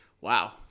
wow